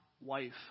wife